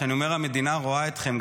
כשאני אומר: המדינה רואה אתכם,